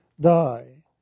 die